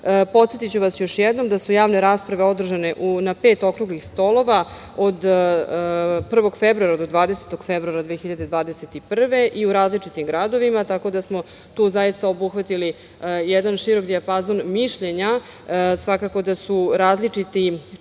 podsetiću vas još jednom da su javne rasprave održane na pet okruglih stolova od 1. februara do 20. februara 2021. godine i u različitim gradovima, tako da smo tu obuhvatili jedan širok dijapazon mišljenja. Svakako da su različiti